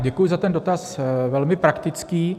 Děkuji za ten dotaz, velmi praktický.